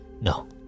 No